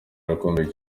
rukumbi